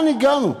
לאן הגענו?